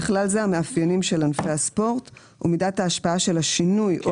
ובכלל זה המאפיינים של ענפי הספורט ומידת ההשפעה של השינוי או